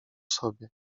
sobie